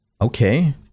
Okay